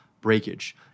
breakage